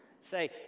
Say